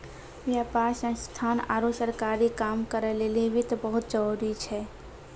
व्यापार संस्थान आरु सरकारी काम करै लेली वित्त बहुत जरुरी छै